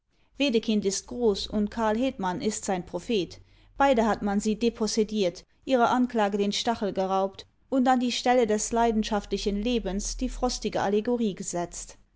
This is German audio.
wedekind ist groß und karl hetmann ist sein prophet beide hat man sie depossediert ihrer anklage den stachel geraubt und an die stelle des leidenschaftlichen lebens die frostige allegorie gesetzt